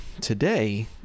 today